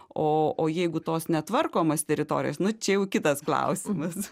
o o jeigu tos netvarkomos teritorijos nu čia jau kitas klausimas